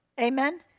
Amen